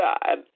God